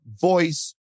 voice